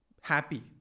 happy